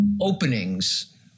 openings